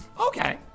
Okay